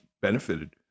benefited